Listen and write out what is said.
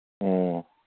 ꯑꯣ